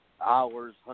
hours